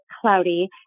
cloudy